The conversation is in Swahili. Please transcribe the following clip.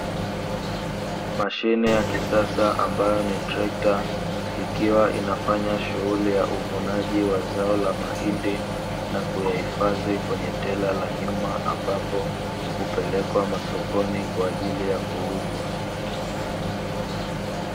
Mashine ya kisasa ambayo ni trekta, ikiwa inafanya shughuli ya uvunaji wa zao la mahindi na kuyahifadhi kwenye tela la nyuma ambapo hupelekwa masokoni kwa ajili ya kuuzwa.